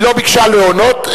היא לא ביקשה להונות,